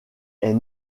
est